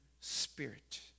spirit